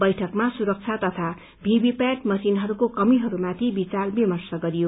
बैठकमा सुरक्षा तथा भीभी प्याट मशीनहरूको कमीहरूमाथि विचार विमर्श गरियो